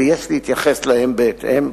ויש להתייחס אליהן בהתאם.